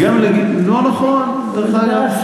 לא נכון, דרך אגב.